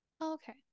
okay